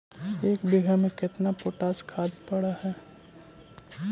एक बिघा में केतना पोटास खाद पड़ है?